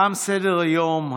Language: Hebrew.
תם סדר-היום.